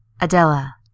Adela